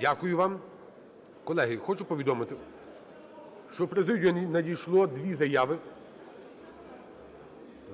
Дякую вам. Колеги, хочу повідомити, що в президію надійшло дві заяви